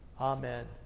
Amen